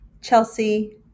Chelsea